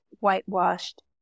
whitewashed